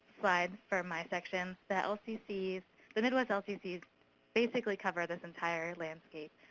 slide from my section, the lcc's the midwest lcc's basically cover this entire landscape.